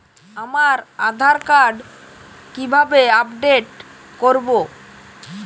আমার আধার কার্ড কিভাবে আপডেট করব?